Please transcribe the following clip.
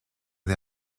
del